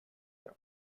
them